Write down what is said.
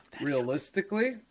Realistically